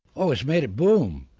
oh it's made it boom,